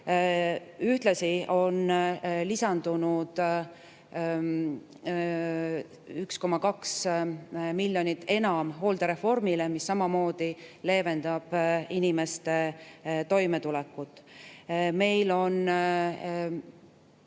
Ühtlasi on lisandunud 1,2 miljonit enam hooldereformile, mis samamoodi leevendab inimeste toimetulekut. Meil on